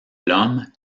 l’homme